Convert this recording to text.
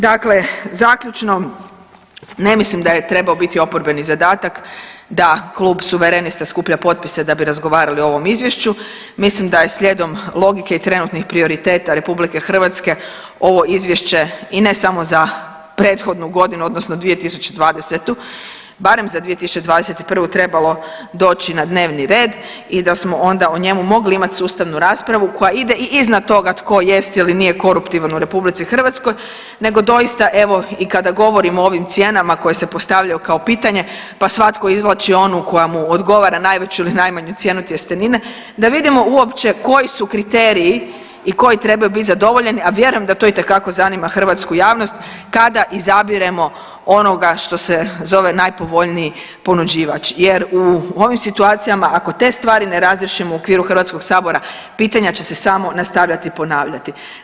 Dakle, zaključno ne mislim da je trebao biti oporbeni zadatak da klub suverenista skuplja potpise da bi razgovarali o ovom izvješću, mislim da je slijedom logike i trenutnih prioriteta RH ovo izvješće i ne samo za prethodnu godinu odnosno 2020. barem za 2021. trebalo doći na dnevni red i da smo onda o njemu mogli imati sustavnu raspravu koja ide i iznad toga tko jest ili nije koruptivan u RH nego doista evo i kada govorimo o ovim cijenama koje se postavljaju kao pitanje pa svatko izvlači onu koja mu odgovara najveću ili najmanju cijenu tjestenine da vidimo uopće koji su kriteriji i koji trebaju biti zadovoljeni, a vjerujem da to itekako zanima hrvatsku javnost kada izabiremo onoga što se zove najpovoljniji ponuđivač jer u ovim situacijama ako te stvari ne razjasnimo u okviru HS-a pitanja će se samo nastavljati ponavljati.